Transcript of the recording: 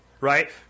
Right